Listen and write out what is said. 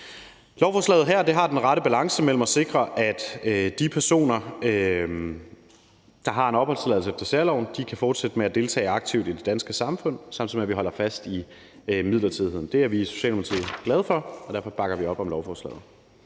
Lovforslaget her har den rette balance mellem at sikre, at de personer, der har en opholdstilladelse efter særloven, kan fortsætte med at deltage aktivt i det danske samfund, samtidig med at vi holder fast i midlertidigheden. Det er vi i Socialdemokratiet glade for, og derfor bakker vi op om lovforslaget.